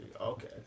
okay